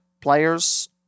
players